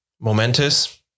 momentous